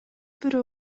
бирөө